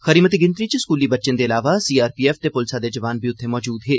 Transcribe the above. खरी मती गिनतरी च स्कूली बच्चें दे अलावा सीआरपीएफ ते पुलसा दे जवान बी उत्थे मौजूद हे